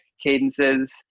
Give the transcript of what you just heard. cadences